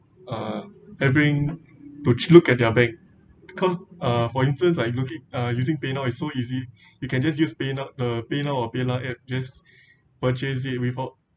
uh having to look at their ba~ because uh for instance like looking using paynow is so easy you can just use paynow uh paynow or paylah app just purchase it without